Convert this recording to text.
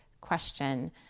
question